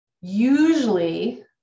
Usually